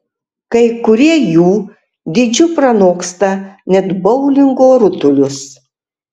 kai kurie jų dydžiu pranoksta net boulingo rutulius